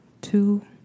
two